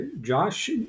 Josh